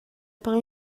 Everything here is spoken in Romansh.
per